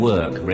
Work